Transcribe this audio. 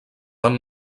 van